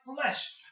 flesh